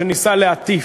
ניסה להטיף.